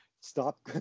stop